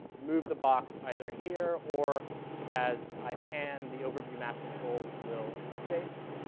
move the box either in here, or as i pan, the overview map control will update,